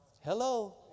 Hello